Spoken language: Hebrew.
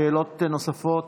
שאלות נוספות,